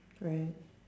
right